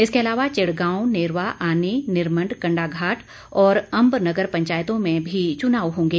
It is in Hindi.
इसके अलावा चिड़गांव नेरवा आनी निरमंड कंडाघाट और अम्ब नगर पंचायतों में भी चुनाव होंगे